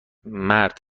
مرد